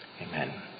Amen